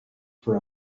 for